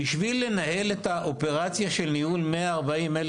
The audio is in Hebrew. בשביל לנהל את האופרציה של ניהול 140,000